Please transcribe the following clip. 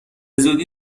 زودی